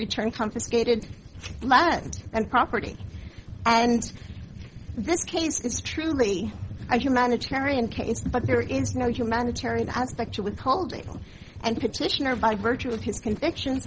return confiscated land and property and this case is truly a humanitarian case but there is no humanitarian aspect to with holding and petitioner by virtue of his convictions